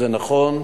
זה נכון.